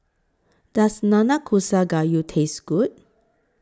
Does Nanakusa Gayu Taste Good